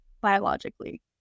biologically